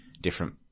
different